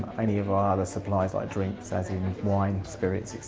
any of our other supplies like drinks as in wine, spirits,